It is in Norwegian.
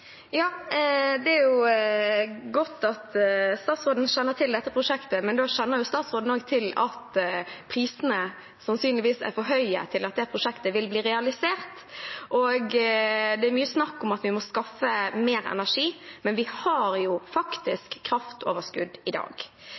Det er godt at statsråden kjenner til dette prosjektet. Men da kjenner jo statsråden også til at prisene sannsynligvis er for høye til at dette prosjektet vil bli realisert. Det er mye snakk om at vi må skaffe mer energi, men vi har jo faktisk kraftoverskudd i dag.